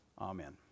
Amen